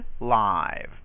live